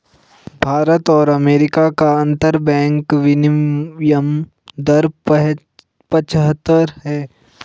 भारत और अमेरिका का अंतरबैंक विनियम दर पचहत्तर है